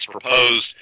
proposed